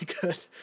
good